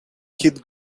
kid